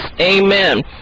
amen